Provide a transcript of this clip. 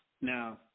Now